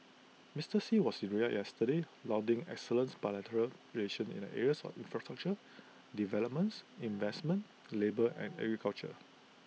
Mister Xi was in Riyadh yesterday lauding excellent's bilateral relations in the areas of infrastructure developments investments labour and agriculture